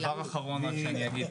דבר אחרון שאני אגיד,